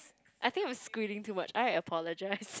I think I'm screaming too much I apologise